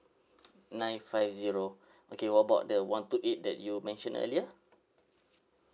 nine five zero okay what about the one two eight that you mentioned earlier